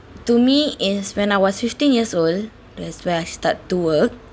to me is when I was fifteen years old that's when I start to work